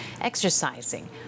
exercising